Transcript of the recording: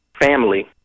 family